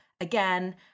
again